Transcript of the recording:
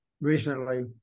recently